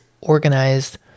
organized